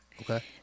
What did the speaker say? Okay